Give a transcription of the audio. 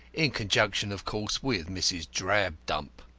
in conjunction, of course, with mrs. drabdump.